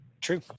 true